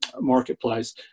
marketplace